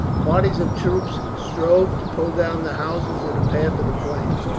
parties of troops strove to pull down the houses in the path of the flames,